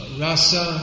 rasa